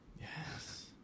Yes